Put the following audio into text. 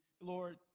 Lord –